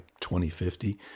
2050